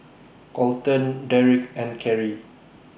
Kolton Derrek and Carry